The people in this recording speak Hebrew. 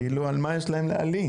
כאילו, על מה יש להם להלין?